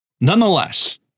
Nonetheless